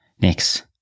next